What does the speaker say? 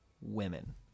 women